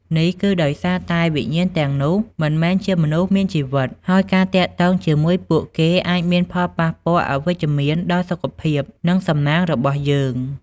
នេះគឺដោយសារតែវិញ្ញាណទាំងនោះមិនមែនជាមនុស្សមានជីវិត ហើយការទាក់ទងជាមួយពួកគេអាចមានផលប៉ះពាល់អវិជ្ជមានដល់សុខភាព និងសំណាងរបស់យើង ។